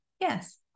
Yes